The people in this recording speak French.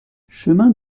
chemin